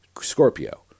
Scorpio